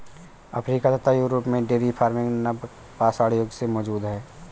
Africa तथा Europe में dairy farming नवपाषाण युग से मौजूद है